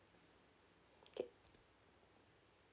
okay